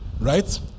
right